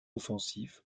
offensive